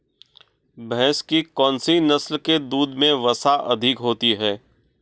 भैंस की कौनसी नस्ल के दूध में वसा अधिक होती है?